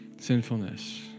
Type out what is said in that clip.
sinfulness